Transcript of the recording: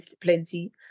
plenty